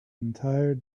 entire